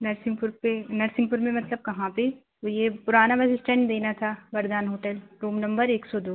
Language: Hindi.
नरसिंहपुर पर नरसिंहपुर में मतलब कहाँ पर यह पुराना बस इस्टैंड देना था वरदान होटल रूम नंबर एक सौ दो